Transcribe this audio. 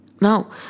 Now